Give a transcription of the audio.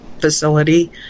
facility